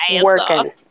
working